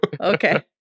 Okay